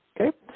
Okay